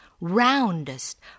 roundest